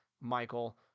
Michael